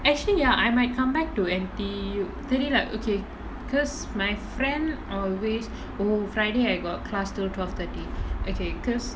actually ya I might come back to N_T_U தெரில:therila okay because my friend always oh friday I got class till twelve thirty okay because